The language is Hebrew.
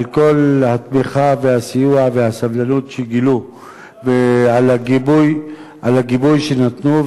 על כל התמיכה והסיוע והסבלנות שגילו ועל הגיבוי שנתנו.